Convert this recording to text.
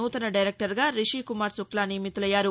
నూతన డైరెక్టర్ గా రిషి కుమార్ శుక్లా నియమితులయ్యారు